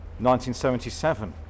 1977